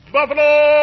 Buffalo